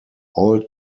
all